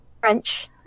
French